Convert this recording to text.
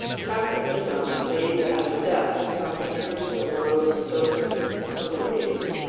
captain nemo stayed at a depth some meters below the surface of the waves.